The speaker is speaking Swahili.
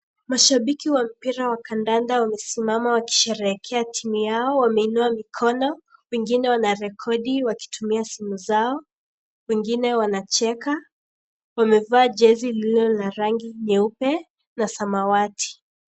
Mashabiki wa mpira wa kandanda wamesimama wakisherehekea timu yao, wameinua mikono, wengine wanarekodi wakitumia simu zao, wingine wanacheka, wamevaa jezi lililo na rangi nyeupe na samawati.